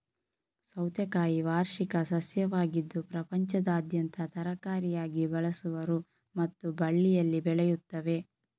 ಸೌತೆಕಾಯಿ ವಾರ್ಷಿಕ ಸಸ್ಯವಾಗಿದ್ದು ಪ್ರಪಂಚದಾದ್ಯಂತ ತರಕಾರಿಯಾಗಿ ಬಳಸುವರು ಮತ್ತು ಬಳ್ಳಿಯಲ್ಲಿ ಬೆಳೆಯುತ್ತವೆ